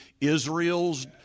Israel's